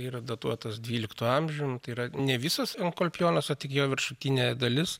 yra datuotas dvyliktu amžium tai yra ne visas enkulpijonas o tik jo viršutinė dalis